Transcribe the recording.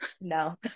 no